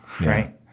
right